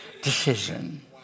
decision